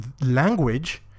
language